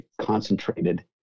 concentrated